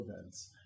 events